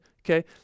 Okay